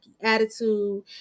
attitude